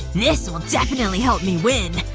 this will definitely help me win